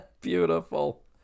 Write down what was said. beautiful